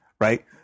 right